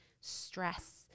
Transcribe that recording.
stress